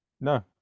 no